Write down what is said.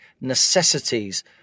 necessities